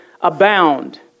abound